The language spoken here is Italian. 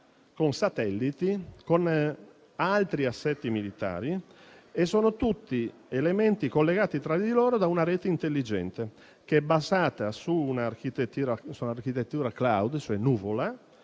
con satelliti e altri assetti militari. Sono tutti elementi collegati tra di loro da una rete intelligente che è basata su un'architettura *cloud*, cioè nuvola,